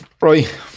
Right